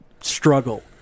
struggle